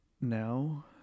now